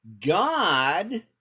God